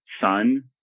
son